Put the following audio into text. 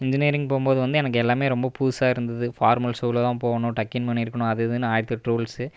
engineering போகும்போது வந்து எனக்கு எல்லாமே ரொம்ப புதுசாக இருந்தது ஃபார்மல் ஷூவில் தான் போகணும் டக் கின் பண்ணியிருக்கணும் அது இதுனு ஆயிரத்தெட்டு ரூல்ஸு